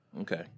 Okay